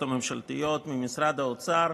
לשר האוצר,